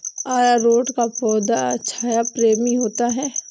अरारोट का पौधा छाया प्रेमी होता है